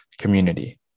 community